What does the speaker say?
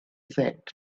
said